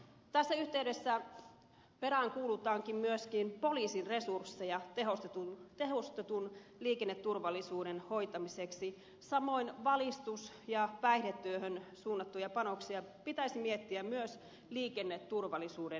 tässä yhteydessä peräänkuulutan myöskin poliisin resursseja tehostetun liikenneturvallisuuden hoitamiseksi samoin valistus ja päihdetyöhön suunnattuja panoksia pitäisi miettiä myös liikenneturvallisuuden näkökulmasta